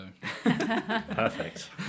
Perfect